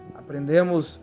Aprendemos